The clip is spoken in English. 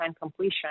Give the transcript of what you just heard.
completion